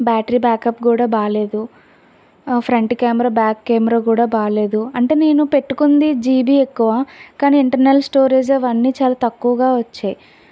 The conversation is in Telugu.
బ్యాటరీ బ్యాకప్ కూడా బాగాలేదు ఫ్రంట్ క్యామెరా బ్యాక్ కేమేరా కూడా బాగాలేదు అంటే నేను పెట్టుకుంది జీబీ ఎక్కువ కానీ ఇంటర్నల్ స్టోరేజ్ అవన్నీ చాలా తక్కువగా వచ్చాయి